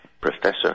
professor